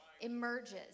emerges